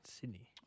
Sydney